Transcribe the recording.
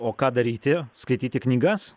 o ką daryti skaityti knygas